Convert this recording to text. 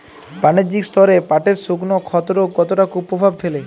বাণিজ্যিক স্তরে পাটের শুকনো ক্ষতরোগ কতটা কুপ্রভাব ফেলে?